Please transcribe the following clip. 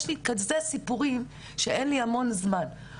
לי אין ספור סיפורים שאין לי בכלל זמן למנות אותם.